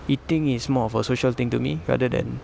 eating is more of a social thing to me rather than